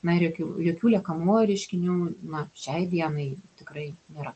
na ir jokių jokių liekamųjų reiškinių na šiai dienai tikrai nėra